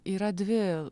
yra dvi